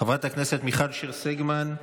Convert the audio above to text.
חברת הכנסת מיכל שיר סגמן,